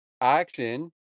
action